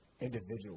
individual